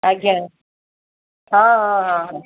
ଆଜ୍ଞା ହଁ ହଁ ହଁ